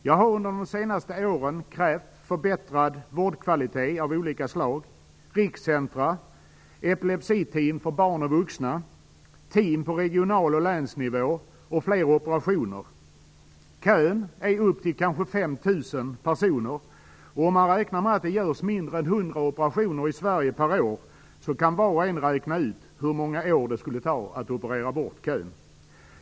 Jag har under de senaste åren krävt förbättrad vårdkvalitet av olika slag, rikscentra, epilepsiteam för barn och vuxna, team på regional och länsnivå och fler operationer. Kön är upp till 5 000 personer, och man räknar med att det görs mindre än hundra operationer i Sverige per år. Var och en kan då räkna ut hur många år det skulle ta att operera bort kön.